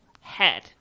head